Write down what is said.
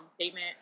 statement